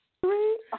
Three